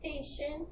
station